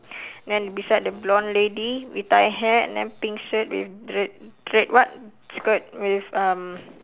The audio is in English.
then beside the blonde lady with tie hair and then pink shirt with red red what skirt with um